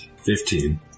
Fifteen